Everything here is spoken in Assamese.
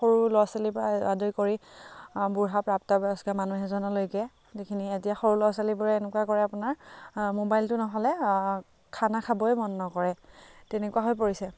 সৰু ল'ৰা ছোৱালী পৰা আদি কৰি বুঢ়া প্ৰাপ্তবয়স্ক মানুহ এজনলৈকে যিখিনি এতিয়া সৰু ল'ৰা ছোৱালীবোৰে এনেকুৱা কৰে আপোনাৰ মোবাইলটো নহ'লে খানা খাবয়ে মন নকৰে তেনেকুৱা হৈ পৰিছে